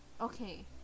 okay